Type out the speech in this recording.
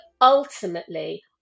ultimately